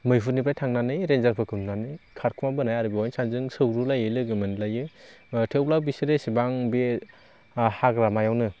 मैहुरनिफ्राइ थांनानै रेन्जारफोरखौ नुनानै खारखुमा बोनाय आरो बेवहाय साननैजों सौग्राव लायो लोगो मोनलायो थेवब्लाबो बिसोरो एसेबां बे हाग्रामायावनो